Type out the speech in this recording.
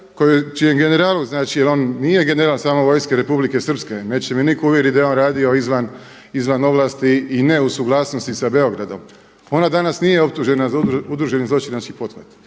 čijem generalu, znači jer on nije general samo Vojske Republike Srpske, neće mi nitko uvjeriti da je on radio izvan ovlasti i ne u suglasnosti sa Beogradom. Ona danas nije optužena za udruženi zločinački pothvat,